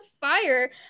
fire